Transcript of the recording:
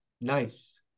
nice